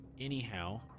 Anyhow